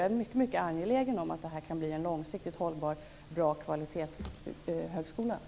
Jag är mycket angelägen om att högskolan långsiktigt skall bli en kvalitetshögskola.